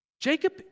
Jacob